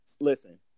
listen